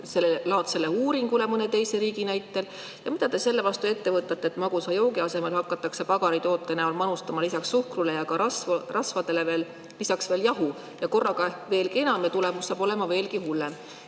ka sellelaadse uuringu põhjal mõne teise riigi näitel? Mida te selle vastu ette võtate, et magusa joogi asemel hakatakse pagaritoote näol manustama lisaks suhkrule ja rasvadele veel jahu ja korraga veelgi enam ja tulemus saab olema veelgi hullem?